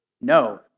No